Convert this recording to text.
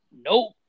nope